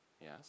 Yes